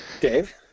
Dave